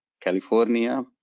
California